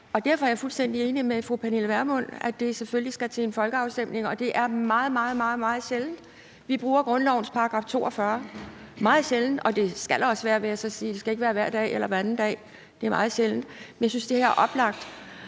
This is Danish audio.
Derfor er jeg fuldstændig enig med fru Pernille Vermund i, at det selvfølgelig skal til en folkeafstemning. Det er meget, meget sjældent, at vi bruger grundlovens § 42 – meget sjældent – og det skal det også være, vil jeg så sige. Det skal ikke være hver eller hver anden dag, men jeg synes, at det er oplagt